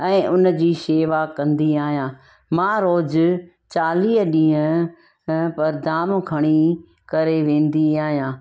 ऐं उन जी शेवा कंदी आहियां मां रोज़ु चालीह ॾींहं ह परधाणो खणी करे वेंदी आहियां